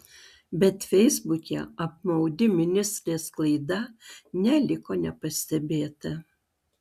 bet feisbuke apmaudi ministrės klaida neliko nepastebėta